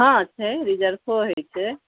हँ छै रिजर्फो होइ छै